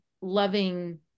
loving